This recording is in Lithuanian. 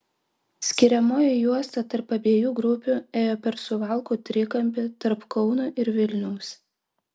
skiriamoji juosta tarp abiejų grupių ėjo per suvalkų trikampį tarp kauno ir vilniaus